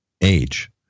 age